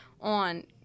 on